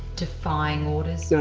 defying orders?